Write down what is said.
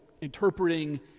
interpreting